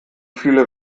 viele